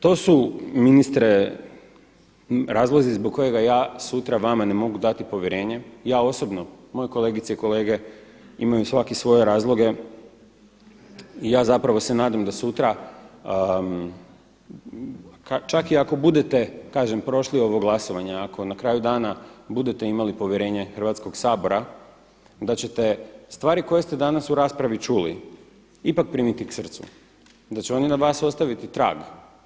To su ministre razlozi zbog kojega ja sutra vama ne mogu dati povjerenje, ja osobno, moji kolegice i kolege imaju svaki svoje razloge i ja se nadam da sutra čak i ako budete prošli ovo glasovanje ako na kraju dana budete imali povjerenje Hrvatskog sabora da ćete stvari koje ste danas u raspravi čuli ipak primiti k srcu, da će oni na vas ostaviti trag.